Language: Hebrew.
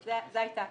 זה מה שהיא אמרה.